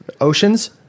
oceans